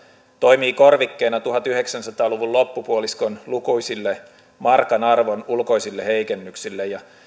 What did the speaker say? toimii korvikkeena tuhatyhdeksänsataa luvun loppupuoliskon lukuisille markan arvon ulkoisille heikennyksille